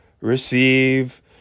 receive